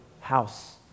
house